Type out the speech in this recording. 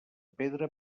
pedra